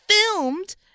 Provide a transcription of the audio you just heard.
filmed